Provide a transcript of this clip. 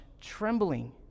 trembling